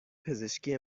پزشکی